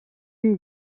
une